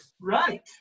Right